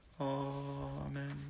Amen